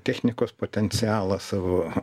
technikos potencialą savo